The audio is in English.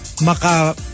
maka